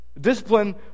Discipline